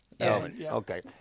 Okay